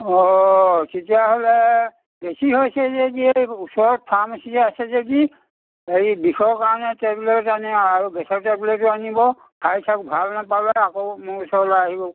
অঁ তেতিয়াহ'লে বেছি হৈছে যদি এই ওচৰত ফাৰ্মাচী আছে যদি হেৰি বিষৰ কাৰণে টেবলেট আনি আৰু গেছৰ টেবলেটো আনিব খাই চাওক ভাল নাপালে আকৌ মোৰ ওচৰলৈ আহিব